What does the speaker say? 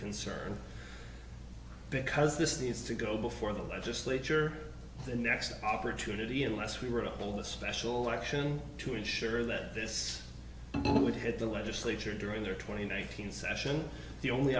concern because this needs to go before the legislature the next opportunity unless we were up all the special election to ensure that this would hit the legislature during their twenty one thousand session the only